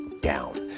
down